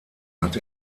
hat